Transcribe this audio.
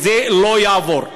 זה לא יעבור.